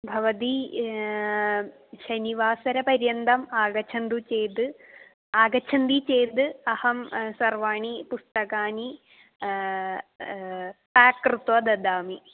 भवती शनिवासरपर्यन्तम् आगच्छतु चेद् आगच्छति चेद् अहं सर्वाणि पुस्तकानि पेक् कृत्वा ददामि